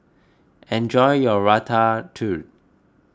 enjoy your Ratatouille